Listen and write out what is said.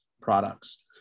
products